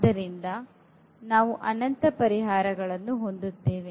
ಆದ್ದರಿಂದನಾವು ಅನಂತ ಪರಿಹಾರಗಳನ್ನು ಹೊಂದುತ್ತೇವೆ